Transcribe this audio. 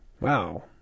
Wow